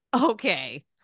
okay